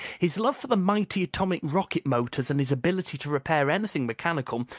his love for the mighty atomic rocket motors, and his ability to repair anything mechanical,